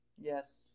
Yes